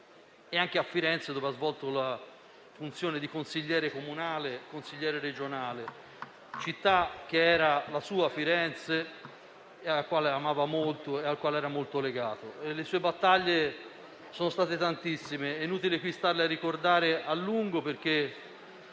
e anche a Firenze dove ha svolto la funzione di consigliere comunale e anche regionale, città che amava molto e alla quale era molto legato. Le sue battaglie sono state tantissime: è inutile stare a ricordarle a lungo perché